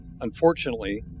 Unfortunately